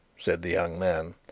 said the young man,